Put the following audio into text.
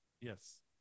Yes